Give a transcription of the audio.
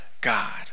God